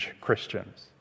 Christians